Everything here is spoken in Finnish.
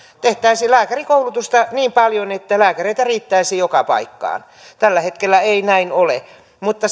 tehtäisiin lääkärikoulutusta niin paljon että lääkäreitä riittäisi joka paikkaan tällä hetkellä ei näin ole mutta